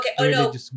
Okay